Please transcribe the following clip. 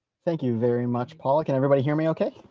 thank you very much, paula. can everybody hear me okay?